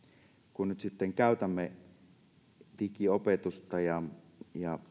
kun nyt sitten käytämme digiopetusta ja ja